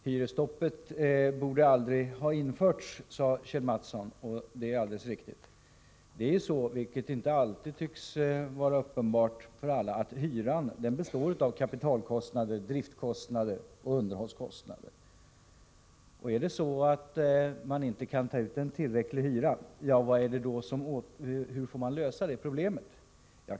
Herr talman! Hyresstoppet borde aldrig ha införts, sade Kjell Mattsson, och det är alldeles riktigt. Det är så, vilket inte alltid tycks vara uppenbart för alla, att hyran består av kapitalkostnader, driftkostnader och underhållskostnader. Om man inte tar ut en tillräcklig hyra, hur får man då lösa problemet?